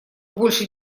больше